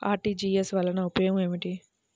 RTGS వలన ఉపయోగం ఏమిటీ?